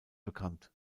bekannt